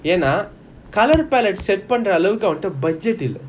என்ன:enna colour palette set பண்ற அளவுக்கு அவன்ட:panra aalavuku avanta budget இல்ல:illa